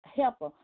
helper